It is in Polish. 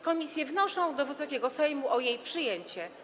Komisje wnoszą do Wysokiego Sejmu o jej przyjęcie.